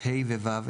(ה) ו-(ו),